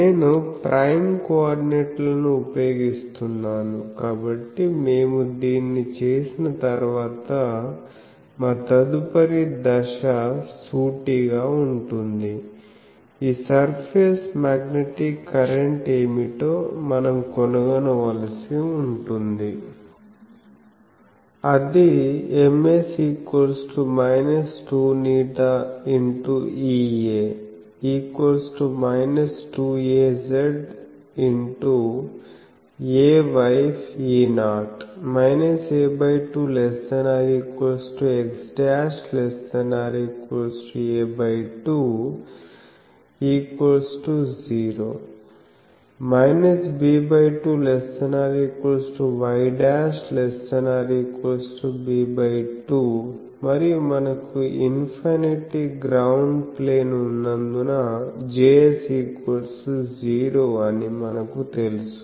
నేను ప్రైమ్ కోఆర్డినేట్లను ఉపయోగిస్తున్నాను కాబట్టి మేము దీన్ని చేసిన తర్వాత మా తదుపరి దశ సూటిగా ఉంటుంది ఈ సర్ఫేస్ మాగ్నెటిక్ కరెంట్ ఏమిటో మనం కనుగొనవలసి ఉంటుంది అది MS 2ղ x Ea 2azxayE0 a2≤x'≤ a20 b2≤y'≤ b2 మరియు మనకు ఇన్ఫినిటీ గ్రౌండ్ ప్లేన్ ఉన్నందున Js 0 అని మనకు తెలుసు